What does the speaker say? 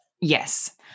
Yes